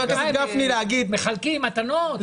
מחלקים מתנות?